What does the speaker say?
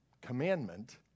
commandment